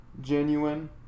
genuine